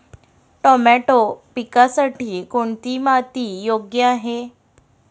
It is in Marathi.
टोमॅटो पिकासाठी कोणती माती योग्य आहे?